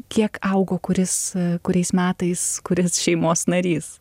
kiek augo kuris kuriais metais kuris šeimos narys